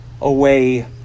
away